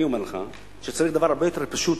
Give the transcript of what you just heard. אני אומר לך שצריך דבר הרבה יותר פשוט,